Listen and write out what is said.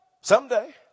someday